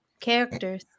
Characters